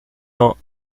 ans